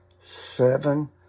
seven